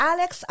Alex